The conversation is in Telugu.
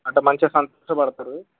అంటే మంచిగా సంతోషపడతారు